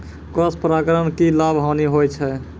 Cross परागण के की लाभ, हानि होय छै?